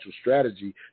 strategy